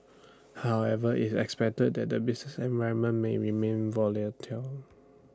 however IT expected that the business environment may remain volatile